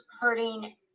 hurting